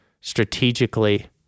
strategically